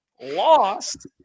lost